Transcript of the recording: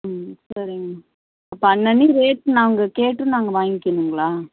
ம் சரிங்க அப்போ அன்னனைக்கு ரேட் நாங்கள் கேட்டு நாங்கள் வாங்கிக்கணுங்களா